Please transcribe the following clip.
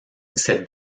cette